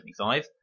1975